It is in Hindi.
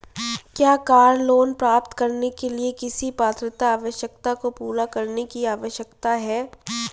क्या कार लोंन प्राप्त करने के लिए किसी पात्रता आवश्यकता को पूरा करने की आवश्यकता है?